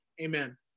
Amen